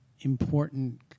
important